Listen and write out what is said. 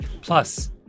Plus